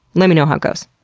let me know how it goes.